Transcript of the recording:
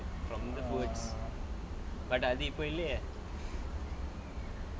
from the books but அது இப்ப இல்லையே:athu ippo illaiyae